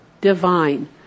divine